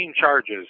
charges